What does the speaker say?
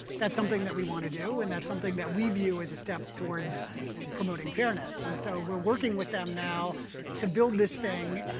that's something that we want to do. and that's something that we view as a step towards promoting fairness. and so we're working with them now to build this thing.